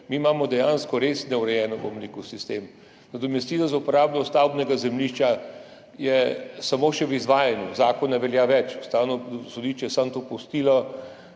Mi imamo dejansko res neurejen sistem, nadomestilo za uporabo stavbnega zemljišča je samo še v izvajanju, zakon ne velja več. Ustavno sodišče je to pustilo